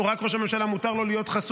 או רק לראש הממשלה מותר להיות חשוף.